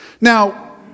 Now